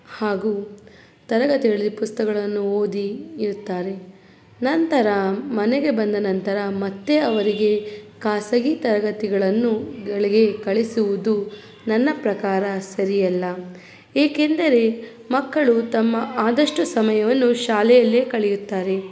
ಹಾಗೂ ತರಗತಿಗಳಲ್ಲಿ ಪುಸ್ತಕಗಳನ್ನು ಓದಿ ಇರುತ್ತಾರೆ ನಂತರ ಮನೆಗೆ ಬಂದ ನಂತರ ಮತ್ತೆ ಅವರಿಗೆ ಖಾಸಗಿ ತರಗತಿಗಳನ್ನುಗಳಿಗೆ ಕಳಿಸುವುದು ನನ್ನ ಪ್ರಕಾರ ಸರಿಯಲ್ಲ ಏಕೆಂದರೆ ಮಕ್ಕಳು ತಮ್ಮ ಆದಷ್ಟು ಸಮಯವನ್ನು ಶಾಲೆಯಲ್ಲೇ ಕಳೆಯುತ್ತಾರೆ